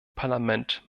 parlament